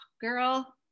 girl